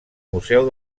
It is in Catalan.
museu